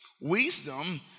Wisdom